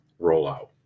rollout